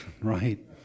right